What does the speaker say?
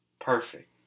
perfect